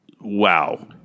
Wow